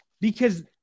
because-